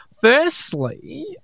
firstly